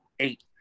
Eight